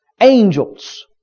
angels